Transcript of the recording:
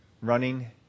running